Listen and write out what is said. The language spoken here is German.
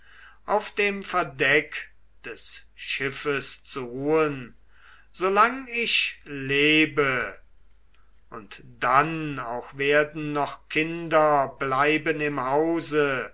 auf dem verdeck des schiffes zu ruhen solang ich lebe und dann auch werden noch kinder bleiben im hause